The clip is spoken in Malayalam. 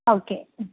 ഓക്കെ ഉം